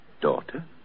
daughter